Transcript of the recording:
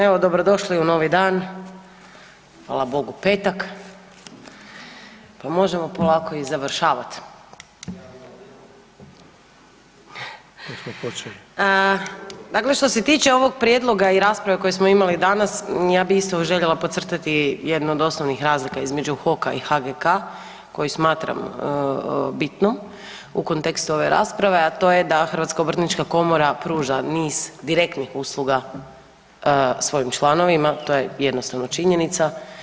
Evo, dobrodošli u novi dan, hvala bogu, petak pa možemo polako i završavat [[Upadica Sanader: Tek smo počeli.]] Dakle, što se tiče ovog prijedloga i rasprave koju smo imali danas, ja bi isto željela podcrtati jedno od osnovnih razlika između HOK-a i HGK-a koju smatram bitnom, u kontekstu ove rasprave a to je da HOK pruža niz direktnih usluga svojim članovima, to je jednostavno činjenica.